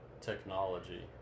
technology